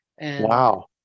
Wow